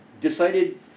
Decided